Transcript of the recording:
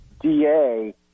DA